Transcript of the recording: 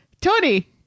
Tony